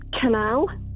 Canal